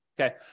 Okay